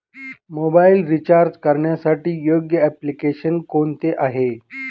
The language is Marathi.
मोबाईल रिचार्ज करण्यासाठी योग्य एप्लिकेशन कोणते आहे?